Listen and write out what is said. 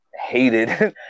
hated